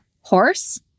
horse